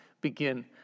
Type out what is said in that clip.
begin